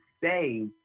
say